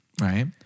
Right